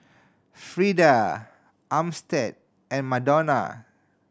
Freeda Armstead and Madonna